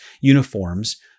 uniforms